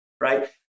right